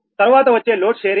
తర్వాత వచ్చే load sharing